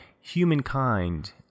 humankind